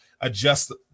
adjust